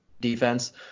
defense